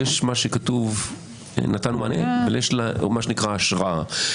מה שכתוב נתנו מענה אבל יש מה שנקרא השראה.